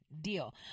deal